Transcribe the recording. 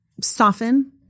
soften